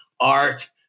art